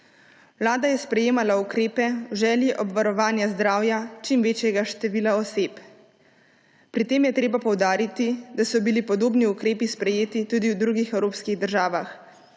Vlada je sprejemala ukrepe v želji obvarovanja zdravja čim večjega števila oseb. Pri tem je treba poudariti, da so bili podobni ukrepi sprejeti tudi v drugih evropskih državah,